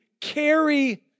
carry